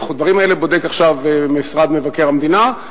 את הדברים האלה בודק עכשיו משרד מבקר המדינה,